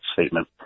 statement